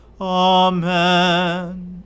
Amen